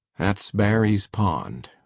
that's barry's pond,